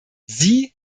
sie